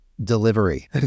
delivery